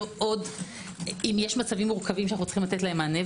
אם יש מצבים מורכבים שעלינו לתת להם מענה.